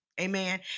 Amen